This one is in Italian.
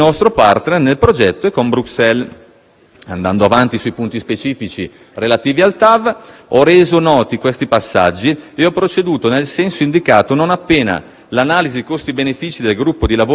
Andando avanti sui punti specifici relativi al TAV, ho reso noti questi passaggi e ho proceduto nel senso indicato non appena l'analisi costi-benefici del gruppo di lavoro della Struttura di missione è stata completata.